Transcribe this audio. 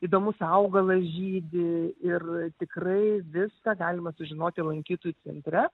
įdomus augalas žydi ir tikrai viską galima sužinoti lankytojų centre